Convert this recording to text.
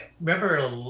remember